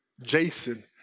Jason